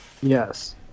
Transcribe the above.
Yes